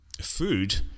food